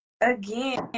again